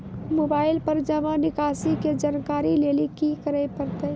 Mobile पर जमा निकासी के जानकरी लेली की करे परतै?